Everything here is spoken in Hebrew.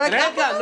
אני לא אקח אותה?